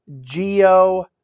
geo